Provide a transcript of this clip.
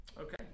Okay